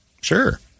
Sure